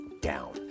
down